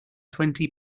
twenty